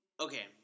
Okay